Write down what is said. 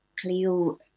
Cleo